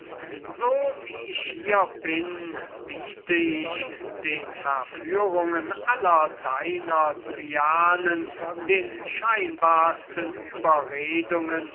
so wie ich hier bin biete ich den verführungen aller deiner cyanen den scheinbarsten überredungen